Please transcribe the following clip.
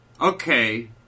Okay